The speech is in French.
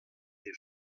est